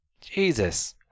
Jesus